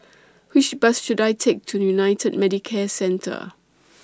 Which Bus should I Take to United Medicare Centre